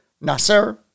Nasser